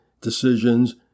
decisions